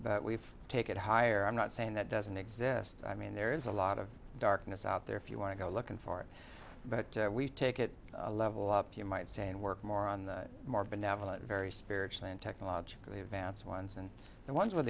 we take it higher i'm not saying that doesn't exist i mean there's a lot of darkness out there if you want to go looking for it but we take it a level up you might say and work more on the more benevolent very spiritual and technologically advanced ones and the ones with